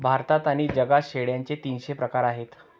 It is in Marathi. भारतात आणि जगात शेळ्यांचे तीनशे प्रकार आहेत